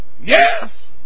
Yes